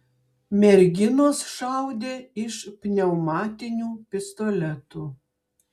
merginos šaudė iš pneumatinių pistoletų